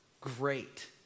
great